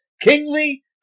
Kingly